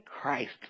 Christ